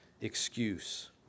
excuse